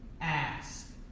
ask